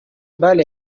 بله